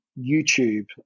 YouTube